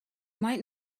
might